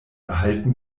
erhalten